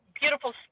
beautiful